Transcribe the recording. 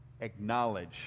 acknowledge